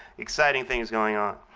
exciting things going on.